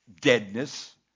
deadness